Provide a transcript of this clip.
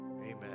Amen